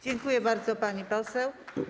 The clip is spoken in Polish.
Dziękuję bardzo, pani poseł.